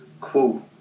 quote